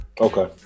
Okay